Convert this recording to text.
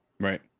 Right